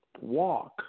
walk